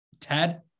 ted